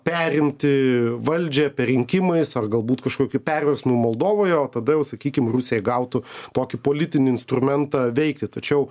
perimti valdžią perrinkimais ar galbūt kažkokiu perversmu moldovoje o tada jau sakykim rusija gautų tokį politinį instrumentą veikti tačiau